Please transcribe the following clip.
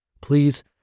Please